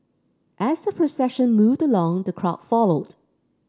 as the procession moved along the crowd followed